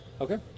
Okay